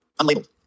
Unlabeled